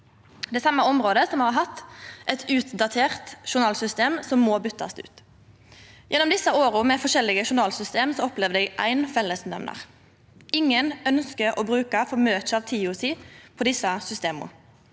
det same området som har hatt eit utdatert journalsystem som må bytast ut. Gjennom desse åra med forskjellige journalsystem opplevde eg éin fellesnemnar: Ingen ønskjer å bruka for mykje av tida si på desse systema.